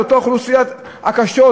לאותן אוכלוסיות קשות,